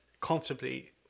comfortably